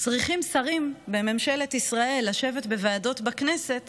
צריכים שרים בממשלת ישראל לשבת בוועדות בכנסת